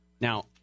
Now